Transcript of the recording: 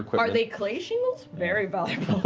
but are they clay shingles? very valuable.